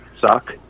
suck